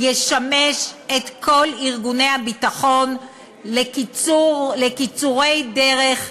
ישמש את כל ארגוני הביטחון לקיצורי דרך,